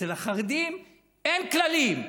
אצל החרדים אין כללים.